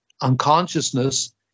unconsciousness